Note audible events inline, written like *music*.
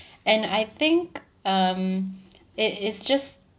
and I think *noise* um it it's just